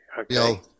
Okay